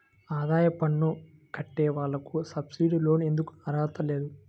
ఆదాయ పన్ను కట్టే వాళ్లకు సబ్సిడీ లోన్ ఎందుకు అర్హత లేదు?